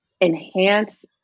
enhance